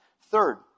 Third